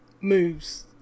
moves